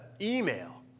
email